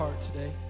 today